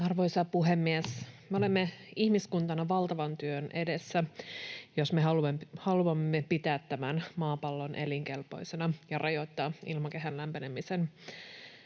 Arvoisa puhemies! Me olemme ihmiskuntana valtavan työn edessä, jos me haluamme pitää tämän maapallon elinkelpoisena, rajoittaa ilmakehän lämpenemistä